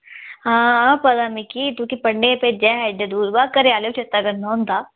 हां पता मिकी तुकी पढ़ने भेजेआ हा एड्डी दूर पर घरै आह्ले बी चेते करना होंदा